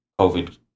COVID